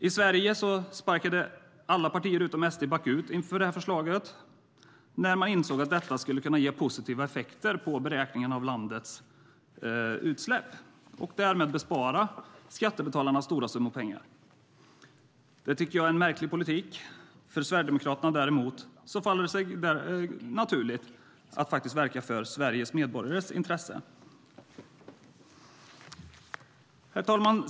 I Sverige sparkade alla partier utom SD bakut inför förslaget när man insåg att detta skulle ge positiva effekter på beräkningarna av landets utsläpp och därmed bespara skattebetalarna stora summor pengar. Det tycker jag är en märklig politik. För Sverigedemokraterna däremot faller det sig naturligt att verka för Sveriges medborgares intressen. Herr talman!